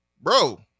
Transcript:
bro